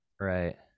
right